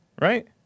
right